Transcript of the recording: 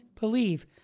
believe